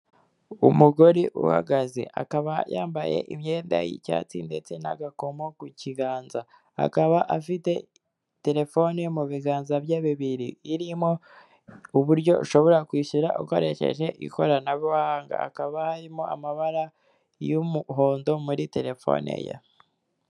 Umugore uhagaze akaba yambaye imyenda y'icyatsi ndetse n'agakomo ku kiganza akaba afite telefone mu biganza bye bibiri irimo uburyo ushobora kwishyura ukoresheje ikoranabuhanga, hakaba harimo amabara y'umuhondo muri telefone ye.